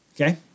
Okay